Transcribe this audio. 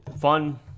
fun